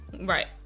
Right